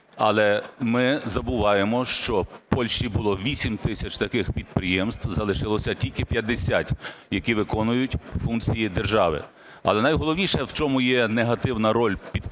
Але ми забуваємо, що у Польщі було 8 тисяч таких підприємств, залишилося тільки 50, які виконують функції держави. Але найголовніше, в чому є негативна роль підприємств